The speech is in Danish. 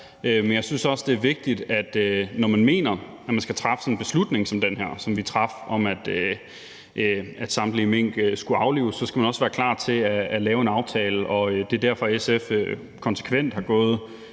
Men jeg synes også, det er vigtigt, når man mener, man skal træffe sådan en beslutning som den her, som vi traf, om, at samtlige mink skulle aflives, at man så også skal være klar til at lave en aftale. Det er derfor, SF konsekvent er gået